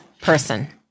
person